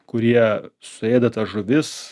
kurie suėda tas žuvis